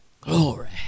Glory